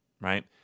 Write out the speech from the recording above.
right